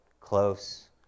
close